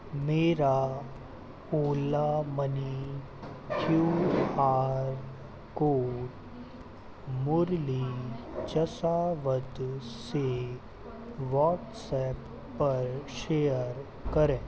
मेरा Ola money QR code Murli Jasawat से WhatsApp पर शेयर करें